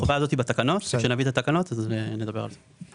החובה הזאת בתקנות, כשנביא את התקנות נדבר על זה.